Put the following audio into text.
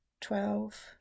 twelve